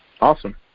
Awesome